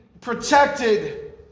protected